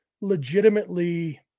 legitimately